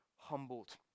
humbled